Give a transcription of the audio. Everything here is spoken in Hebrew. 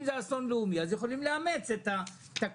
אם זה אסון לאומי אז יכולים לאמץ את התקנות